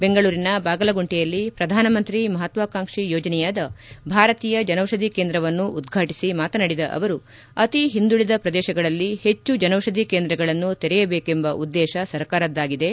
ಬೆಂಗಳೂರಿನ ಬಾಗಲಗುಂಟೆಯಲ್ಲಿ ಪ್ರಧಾನಮಂತ್ರಿ ಮಹತ್ವಾಕಾಂಕ್ಷಿ ಯೋಜನೆಯಾದ ಭಾರತೀಯ ಜನೌಪಧಿ ಕೇಂದ್ರವನ್ನು ಉದ್ರಾಟಿಸಿ ಮಾತನಾಡಿದ ಅವರು ಅತೀ ಹಿಂದುಳಿದ ಪ್ರದೇಶಗಳಲ್ಲಿ ಹೆಚ್ಚು ಜನೌಷಧಿ ಕೇಂದ್ರಗಳನ್ನು ತೆರೆಯಬೇಕೆಂಬ ಉದ್ದೇತ ಸರ್ಕಾರದ್ದಾಗಿದೆ